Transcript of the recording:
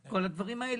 כל הדברים האלה.